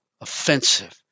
offensive